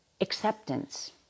acceptance